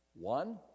One